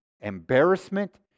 embarrassment